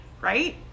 right